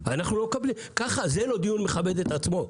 זה לא דיון שמכבד את עצמו.